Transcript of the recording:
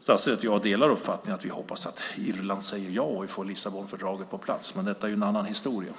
statsrådet och jag delar uppfattning att vi hoppas att Irland säger ja och att vi får Lissabonfördraget på plats. Men detta är en annan historia.